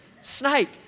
Snake